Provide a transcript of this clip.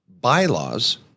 bylaws